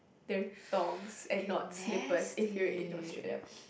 they're thongs and not slippers if you're in Australia